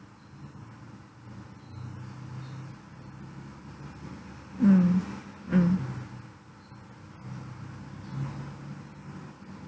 mm mm